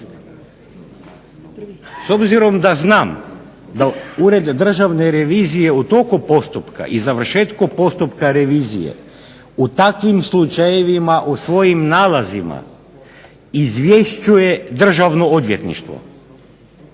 S obzirom da znam da ured Državne revizije u toliko postupka i završetku postupka revizije u takvim slučajevima u svojim nalazima izvješćuje Državno odvjetništvo,